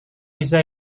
bisa